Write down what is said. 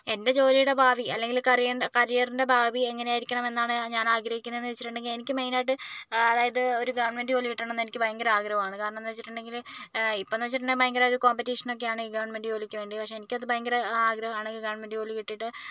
എൻ്റെ ജോലിയുടെ ഭാവി അല്ലെങ്കിൽ കരിയർ കരിയറിൻ്റെ ഭാവി എങ്ങനെ ആയിരിക്കണമെന്നാണ് ഞാൻ ആഗ്രഹിക്കണേയെന്ന് വെച്ചിട്ടുണ്ടെങ്കിൽ എനിക്ക് മെയിനായിട്ട് അതായത് ഒരു ഗവൺമെൻറ് ജോലി കിട്ടണമെന്ന് എനിക്ക് ഭയങ്കര ആഗ്രഹമാണ് കാരണമെന്ന് വെച്ചിട്ടുണ്ടെങ്കിൽ ഇപ്പോഴെന്ന് വെച്ചിട്ടുണ്ടെങ്കിൽ ഭയങ്കര ഒരു കോമ്പറ്റീഷനൊക്കെയാണ് ഈ ഗവൺമെൻറ് ജോലിക്ക് വേണ്ടി പക്ഷെ എനിക്കത് ഭയങ്കര ആഗ്രഹമാണ് ഗവൺമെൻറ് ജോലി കിട്ടിയിട്ട്